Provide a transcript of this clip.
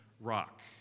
rock